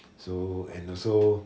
so and also